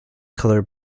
color